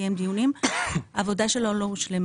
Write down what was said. קיים דיונים והעבודה שלו לא הושלמה.